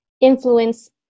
influence